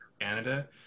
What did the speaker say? Canada